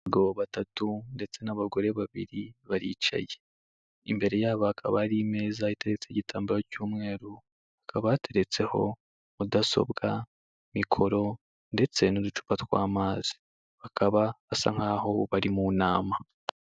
Abagabo batatu ndetse n'abagore babiri baricaye, imbere yabo hakaba hari meza iteretseho igitambaro cy'umweru, hakaba hateretseho mudasobwa, mikoro ndetse n'uducupa tw'amazi. Bakaba basa nkaho bari mu nama.